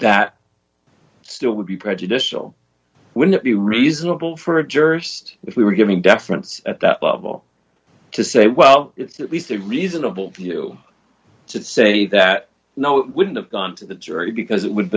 that still would be prejudicial wouldn't be reasonable for jurors if we were giving deference at that level to say well it's at least a reasonable view to say that no it wouldn't have gone to the jury because it would